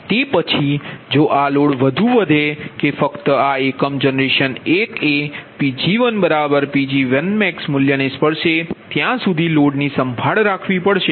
તે પછી જો આ લોડ વધુ વધે કે ફક્ત આ એકમ જનરેશન 1 એ Pg1Pg1max મૂલ્યને સ્પર્શે ત્યાં સુધી લોડની સંભાળ રાખવી પડશે